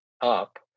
up